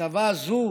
בכתבה הזאת